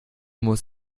muss